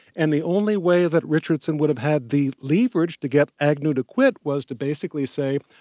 and the only way that richardson would have had the leverage to get agnew to quit was to basically say,